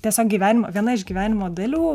tiesiog gyvenimo viena iš gyvenimo dalių